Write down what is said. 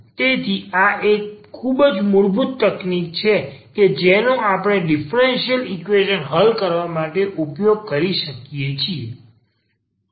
તેથી આ એક ખૂબ જ મૂળ તકનીકીઓ છે કે જેનો આપણે ડીફરન્સીયલ ઈકવેશન હલ કરવા માટે ઉપયોગમાં લઈએ છીએ